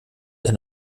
ein